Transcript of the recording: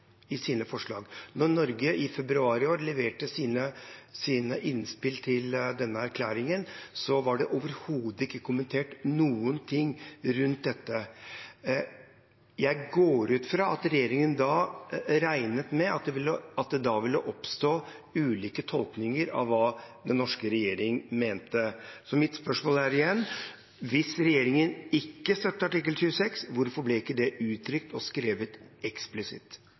i sine forslag. Da Norge i februar i år leverte sine innspill til denne erklæringen, var det overhodet ikke kommentert noe rundt dette. Jeg går ut fra at regjeringen regnet med at det ville oppstå ulike tolkninger av hva den norske regjeringen mente. Mitt spørsmål er igjen: Hvis regjeringen ikke støtter artikkel 26, hvorfor ble ikke det uttrykt og skrevet eksplisitt?